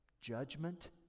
judgment